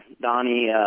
Donnie